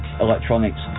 electronics